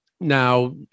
Now